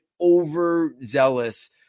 overzealous